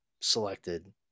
selected